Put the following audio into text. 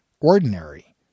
ordinary